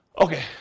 Okay